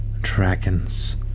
dragons